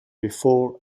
before